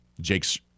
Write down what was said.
Jake's